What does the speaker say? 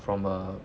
from a